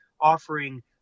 offering